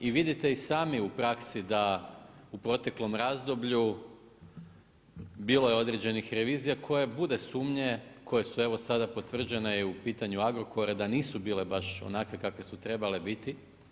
I vidite i sami u praksi da u proteklom razdoblju bilo je određenih revizija koje bude sumnje, koje su evo sada potvrđene i u pitanju Agrokora da nisu bile baš onakve kakve su trebale biti.